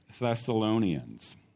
Thessalonians